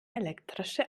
elektrische